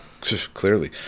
Clearly